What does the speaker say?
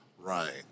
Right